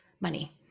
money